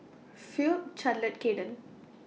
Phoebe Charlotte Kaden